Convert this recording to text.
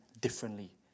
differently